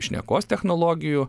šnekos technologijų